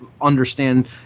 understand